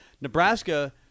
Nebraska